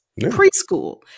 Preschool